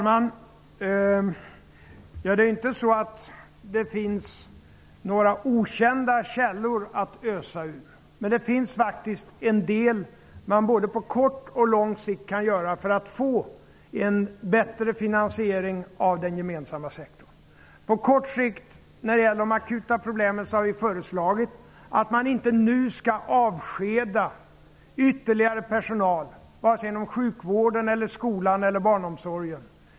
Fru talman! Det finns inga okända källor att ösa ur, men det finns faktiskt en del som man både på kort och på långsikt kan göra för att få en bättre finansiering av den gemensamma sektorn. Vi har när det gäller de akuta problemen på kort sikt föreslagit att man inte nu skall avskeda ytterligare personal, varken inom sjukvården, inom skolan eller inom barnomsorgen.